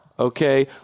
Okay